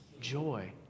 joy